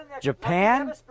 Japan